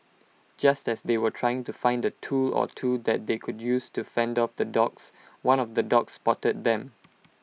just as they were trying to find A tool or two that they could use to fend off the dogs one of the dogs spotted them